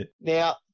Now